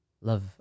love